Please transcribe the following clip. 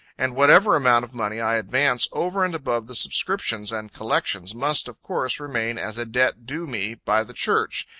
and whatever amount of money i advance over and above the subscriptions and collections must, of course, remain as a debt due me by the church,